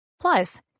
Plus